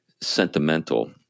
sentimental